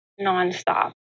nonstop